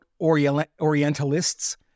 Orientalists